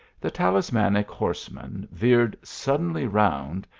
the talismanic horseman veered suddenly round,